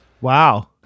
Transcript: Wow